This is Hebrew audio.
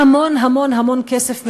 המון המון המון כסף מבוזבז,